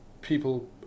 people